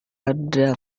ada